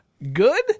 Good